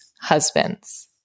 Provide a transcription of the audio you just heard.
husband's